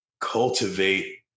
cultivate